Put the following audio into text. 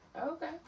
Okay